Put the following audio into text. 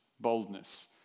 boldness